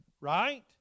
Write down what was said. Right